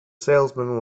salesman